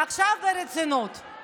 לא יפגע, לא אכפת לנו,